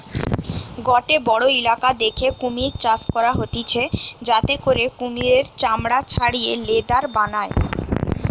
গটে বড়ো ইলাকা দ্যাখে কুমির চাষ করা হতিছে যাতে করে কুমিরের চামড়া ছাড়িয়ে লেদার বানায়